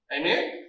Amen